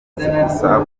gusa